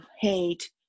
hate